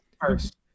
first